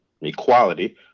equality